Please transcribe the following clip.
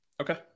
Okay